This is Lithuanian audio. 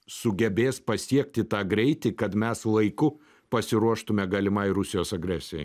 sugebės pasiekti tą greitį kad mes laiku pasiruoštume galimai rusijos agresijai